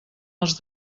els